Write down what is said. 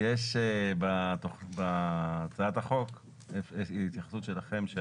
יש בהצעת החוק התייחסות שלכם,